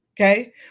okay